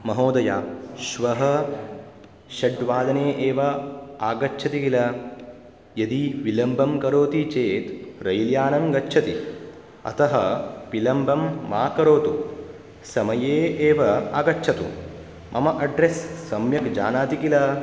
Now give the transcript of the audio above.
महोदय श्वः षड्वादने एव आगच्छति किल यदि विलम्बं करोति चेत् रैल्यानं गच्छति अतः विलम्बं मा करोतु समये एव आगच्छतु मम अड्रेस् सम्यक् जानाति किल